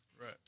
right